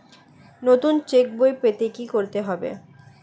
নতুন চেক বই পেতে কী করতে হবে?